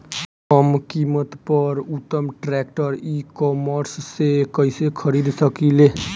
कम कीमत पर उत्तम ट्रैक्टर ई कॉमर्स से कइसे खरीद सकिले?